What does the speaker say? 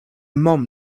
mom